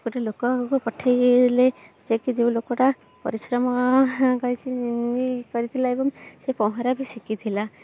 ଗୋଟେ ଲୋକକୁ ପଠାଇଲେ ଯେକି ଯେଉଁ ଲୋକଟା ପରିଶ୍ରମ କରିଚି କରିଥିଲା ଏବଂ ପହଁରା ବି ଶିଖିଥିଲା